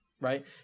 right